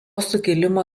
sukilimo